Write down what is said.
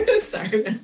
sorry